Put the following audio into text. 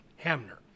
Hamner